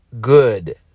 good